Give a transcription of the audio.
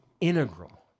integral